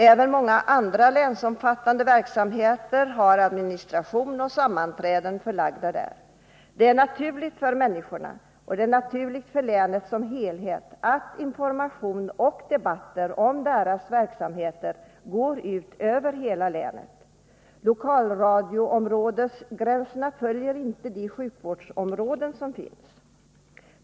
Även många andra länsomfattande verksamheter har administration och sammanträden förlagda dit. Det är naturligt för människorna — och för länet som helhet — att information och debatter om verksamheter går ut över hela länet. Lokalradioområdesgränserna följer inte sjukvårdsområdena.